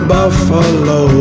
Buffalo